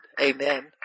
Amen